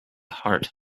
heart